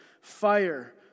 Fire